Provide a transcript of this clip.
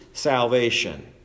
salvation